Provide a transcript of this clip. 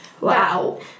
Wow